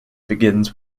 begins